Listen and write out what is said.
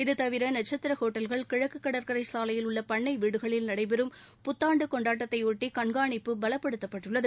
இது தவிர நட்சத்திர ஹோட்டல்கள் கிழக்கு கடற்கரை சாலையில் உள்ள பண்ணை வீடுகளில் நடைபெறும் புத்தாண்டு கொண்டாட்டத்தையொட்டி கண்காணிப்பு பலப்படுத்தப்பட்டுள்ளது